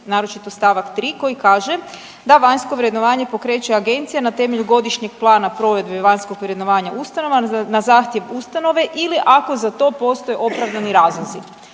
naročito st. 3 koji kaže da vanjsko vrednovanje pokreće Agencija na temelju Godišnjeg plana provedbe vanjskog vrednovanja ustanova na zahtjev ustanove ili ako za to postoje opravdani razlozi.